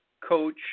Coach